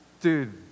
Dude